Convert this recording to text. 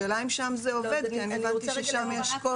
השאלה אם שם זה עובד, כי אני הבנתי ששם יש קושי.